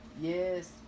Yes